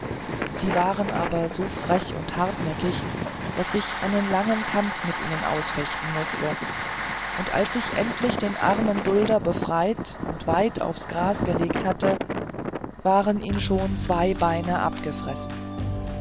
sie waren aber so frech und hartnäckig daß ich einen langen kampf mit ihnen ausfechten mußte und als ich endlich den armen dulder befreit und weit aufs gras gelegt hatte waren ihm schon zwei beine abgefressen